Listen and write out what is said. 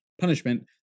punishment